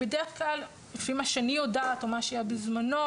בדרך כלל לפי מה שאני יודעת או מה שהיה בזמנו,